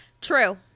True